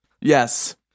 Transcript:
Yes